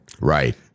Right